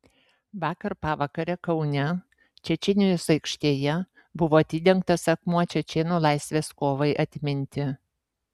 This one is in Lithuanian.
vakar pavakare kaune čečėnijos aikštėje buvo atidengtas akmuo čečėnų laisvės kovai atminti